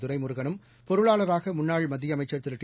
துரைமுருகனும் பொருளாளராக முன்னாள் மத்திய அமைச்சர் திரு டி